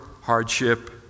hardship